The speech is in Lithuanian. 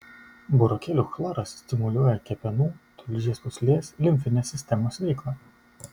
burokėlių chloras stimuliuoja kepenų tulžies pūslės limfinės sistemos veiklą